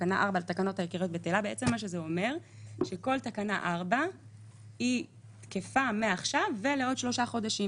אומר שכל תקנה 4 תקפה מעכשיו לעוד שלושה חודשים,